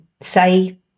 say